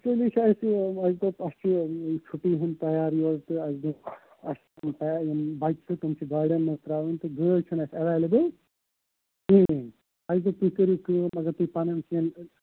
actually چھُو اَسہِ یہِ اَسہِ دوٚپ اَسہِ چھِ یہِ چھُٹی ہُنٛد تیار یورٕ تہٕ اَسہِ دوٚپ اَسہِ دپیٛاو یِم بچہٕ چھِ تِم چھِ گاڑیَن منٛز ترٛاوٕنۍ تہٕ گٲڑۍ چھِنہٕ اَسہِ ایٚویلیبُل کِہیٖنٛۍ اَسہِ دوٚپ تُہۍ کٔرِو کٲم اگر تُہۍ پَنٕنیٚن